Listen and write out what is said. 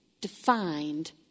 defined